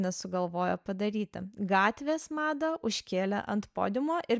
nesugalvojo padaryti gatvės madą užkėlė ant podiumo ir